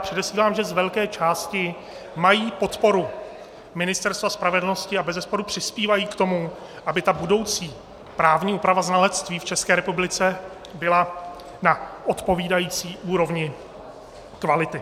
Předesílám, že z velké části mají podporu Ministerstva spravedlnosti a bezesporu přispívají k tomu, aby budoucí právní úprava znalectví v České republice byla na odpovídající úrovni kvality.